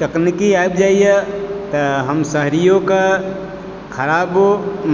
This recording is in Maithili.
तकनीकी आबि जाइए तऽ हम शहरियोके खराब